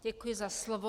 Děkuji za slovo.